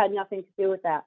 had nothing to do with that